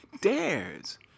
dares